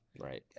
Right